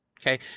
Okay